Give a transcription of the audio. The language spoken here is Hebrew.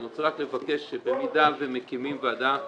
אני רוצה רק לבקש שבמידה ומקימים ועדה משותפת,